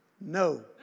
no